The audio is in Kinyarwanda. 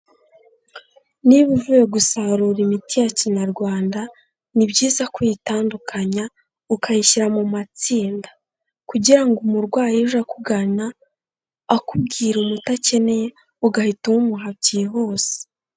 Niba uvuye gusarura imiti ya kinyarwanda, ni byiza ko uyitandukanya, ukayishyira mu matsinda kugira ngo umurwayi uje akugana, akubwira umuti akeneye, ugahita uwumuha byihuse.